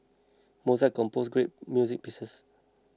Mozart composed great music pieces